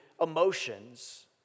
emotions